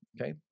okay